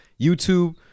YouTube